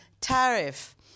tariff